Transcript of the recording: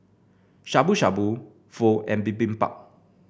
Shabu Shabu Pho and Bibimbap